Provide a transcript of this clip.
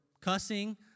cussing